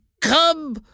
come